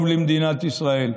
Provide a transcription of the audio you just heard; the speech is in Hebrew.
טוב למדינת ישראל.